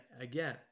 again